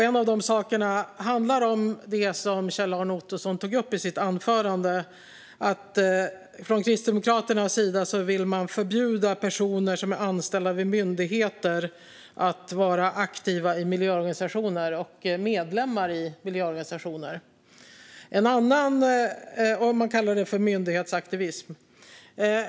En av de sakerna handlar om det som Kjell-Arne Ottosson tog upp i sitt anförande, nämligen att Kristdemokraterna vill förbjuda personer som är anställda vid myndigheter att vara aktiva i och medlemmar i miljöorganisationer. Man kallar detta för myndighetsaktivism.